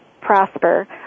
prosper